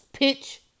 Pitch